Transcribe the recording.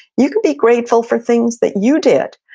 you can be grateful for things that you did.